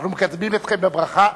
אנחנו מקדמים אתכן בברכה.